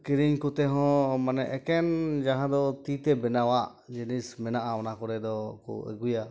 ᱠᱤᱨᱤᱧ ᱠᱚᱛᱮ ᱦᱚᱸ ᱢᱟᱱᱮ ᱮᱠᱮᱱ ᱡᱟᱦᱟᱸ ᱫᱚ ᱛᱤᱛᱮ ᱵᱮᱱᱟᱣᱟᱜ ᱡᱤᱱᱤᱥ ᱢᱮᱱᱟᱜᱼᱟ ᱚᱱᱟ ᱠᱚᱨᱮ ᱫᱚ ᱠᱚ ᱟᱹᱜᱩᱭᱟ